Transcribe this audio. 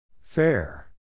Fair